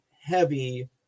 heavy